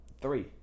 three